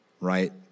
right